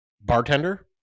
bartender